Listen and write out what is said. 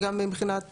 גם מבחינת